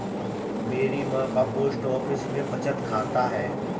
मेरी मां का पोस्ट ऑफिस में बचत खाता है